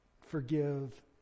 forgive